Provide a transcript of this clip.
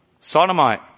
sodomite